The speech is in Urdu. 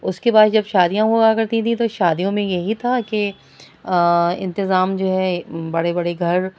اس کے بعد جب شادیاں ہوا کرتی تھیں تو شادیوں میں یہی تھا کہ انتظام جو ہے بڑے بڑے گھر